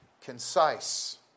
concise